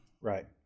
Right